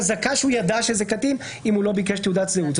חזקה שהוא ידע שזה קטין אם הוא לא ביקש תעודת זהות.